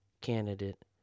candidate